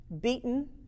beaten